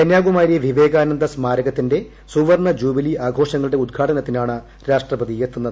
കന്യാകുമാരി വിവേകാന്ന്ദ സ്മാരകത്തിന്റെ സുവർണ്ണ ജൂബിലി ആഘോഷങ്ങളുടെ ഉദ്ഘാടനത്തിനാണ് രാഷ്ട്രപതി എത്തുന്നത്